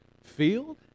field